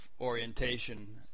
orientation